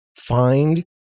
find